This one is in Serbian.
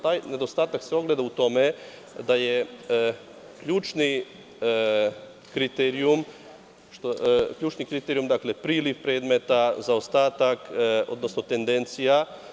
Taj nedostatak se ogleda u tome da je ključni kriterijum priliv predmeta, zaostatak, odnosno tendencija.